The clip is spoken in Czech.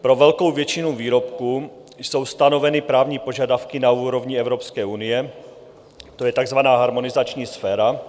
Pro velkou většinu výrobků jsou stanoveny právní požadavky na úrovni Evropské unie, to je takzvaná harmonizační sféra,